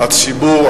הציבור,